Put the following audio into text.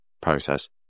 process